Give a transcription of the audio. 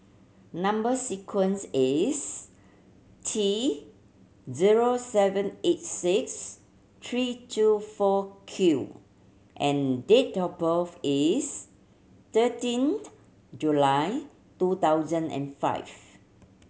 number sequence is T zero seven eight six three two four Q and date of birth is thirteenth July two thousand and five